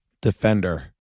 defender